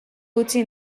utzi